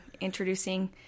introducing